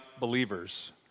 believers